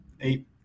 eight